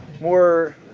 more